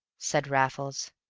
said raffles.